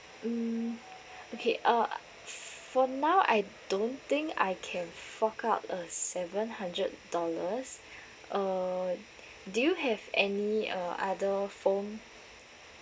mm okay uh from now I don't think I can fork out uh seven hundred dollars uh do you have any uh other phone